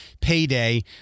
payday